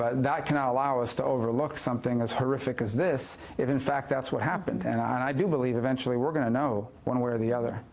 that cannot allow us to overlook something as horrific as this if, in fact, that's what happened. and i do believe eventually we are going to know one way or the other.